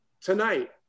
tonight